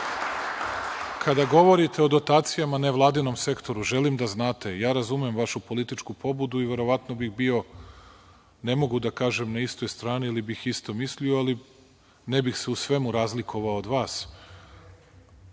govorite o dotacijama nevladinom sektoru, želim da znate, ja razumem vašu političku pobudu i verovatno bih bio ne mogu da kažem na istoj strani ili bih isto mislio, ali ne bih se u svemu razlikovao od vas,